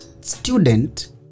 student